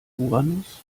uranus